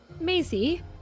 Maisie